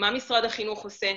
מה משרד החינוך עושה?